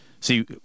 see